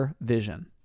vision